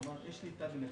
כלומר, יש לי תג נכה,